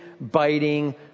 biting